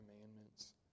commandments